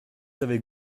avec